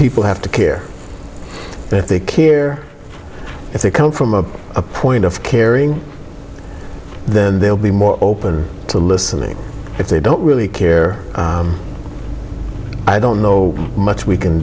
people have to care they care if they come from a point of caring then they'll be more open to listening if they don't really care i don't know much we can